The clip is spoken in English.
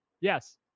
Yes